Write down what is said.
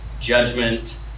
judgment